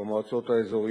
ביום חמישי האחרון,